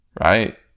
right